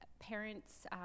Parents